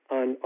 on